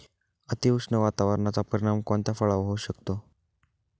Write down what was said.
अतिउष्ण वातावरणाचा परिणाम कोणत्या फळावर होऊ शकतो?